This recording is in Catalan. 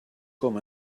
com